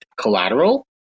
collateral